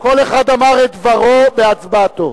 כל אחד אמר את דברו בהצבעתו.